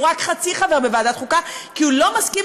הוא רק חצי חבר בוועדת החוקה כי הוא לא מסכים